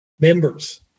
members